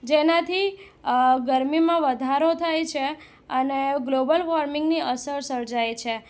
જેનાથી ગરમીમાં વધારો થાય છે અને ગ્લોબલ વોર્મિંગની અસર સર્જાય છે